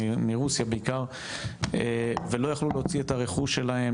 מרוסיה בעיקר ולא יכלו להוציא את הרכוש שלהם,